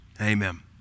Amen